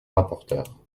rapporteur